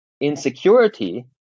insecurity